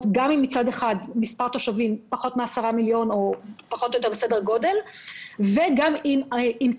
שגם יש בהן פחות מעשרה מיליון תושבים ושגם יש בהן